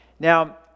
Now